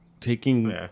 Taking